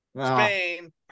Spain